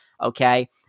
Okay